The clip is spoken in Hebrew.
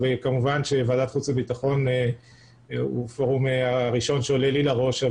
וכמובן שוועדת חוץ וביטחון היא הפורום הראשון שעולה לי לראש,